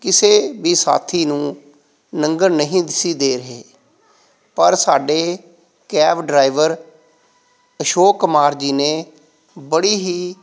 ਕਿਸੇ ਵੀ ਸਾਥੀ ਨੂੰ ਲੰਘਣ ਨਹੀਂ ਸੀ ਦੇ ਰਹੇ ਪਰ ਸਾਡੇ ਕੈਬ ਡਰਾਈਵਰ ਅਸ਼ੋਕ ਕੁਮਾਰ ਜੀ ਨੇ ਬੜੀ ਹੀ